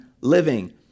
living